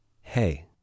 Hey